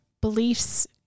beliefs